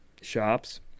shops